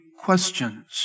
questions